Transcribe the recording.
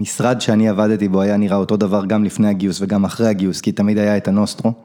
משרד שאני עבדתי בו היה נראה אותו דבר גם לפני הגיוס וגם אחרי הגיוס כי תמיד היה את הנוסטרו